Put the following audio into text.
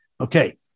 okay